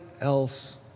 else